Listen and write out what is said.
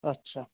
আচ্ছা